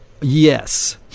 Yes